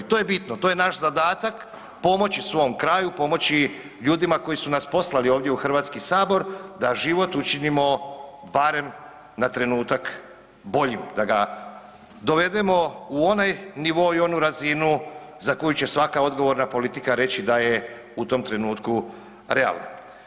To je bitno, to je naš zadatak pomoći svom kraju, pomoći ljudima koji su nas poslali ovdje u HS da život učinimo barem na trenutak boljim, da ga dovedemo u onaj nivo i onu razinu za koju će svaka odgovorna politika reći da je u tom trenutku realan.